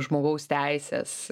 žmogaus teisės